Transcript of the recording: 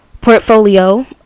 portfolio